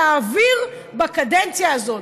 להעביר בקדנציה הזאת.